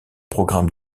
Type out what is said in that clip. programme